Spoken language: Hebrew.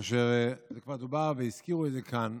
כבר דובר, והזכירו את זה כאן,